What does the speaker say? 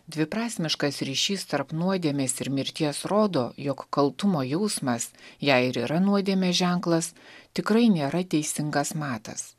dviprasmiškas ryšys tarp nuodėmės ir mirties rodo jog kaltumo jausmas jei ir yra nuodėmės ženklas tikrai nėra teisingas matas